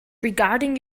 regarding